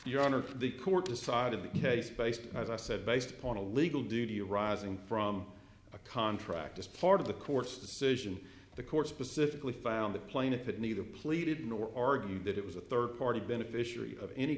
your honor the court decided the case based as i said based upon a legal duty arising from a contract as part of the court's decision the court specifically found the plaintiff it neither pleaded nor argued that it was a third party beneficiary of any